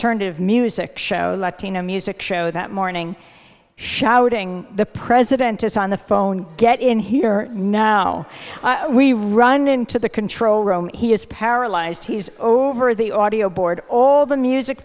turned of music show latino music show that morning shouting the president is on the phone get in here now we run into the control room he is paralyzed he's over the audio board all the music